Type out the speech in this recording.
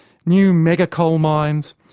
new mega-coalmines,